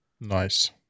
Nice